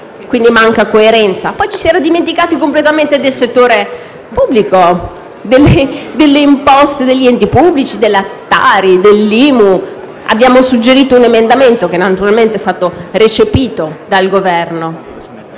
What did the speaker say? quindi coerenza. Poi ci si era dimenticati completamente del settore pubblico, delle imposte degli enti pubblici, della Tari, dell'IMU. Abbiamo suggerito un emendamento, che è stato recepito dal Governo.